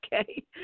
Okay